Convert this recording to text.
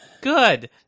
Good